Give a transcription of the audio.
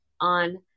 on